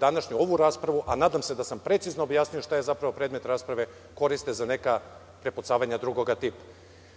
današnju ovu raspravu, a nadam se da sam precizno objasnio šta je zapravo predmet rasprave, koriste za neka prepucavanja drugoga